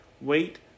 Wait